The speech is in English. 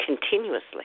continuously